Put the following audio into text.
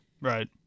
Right